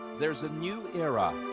there's a new era,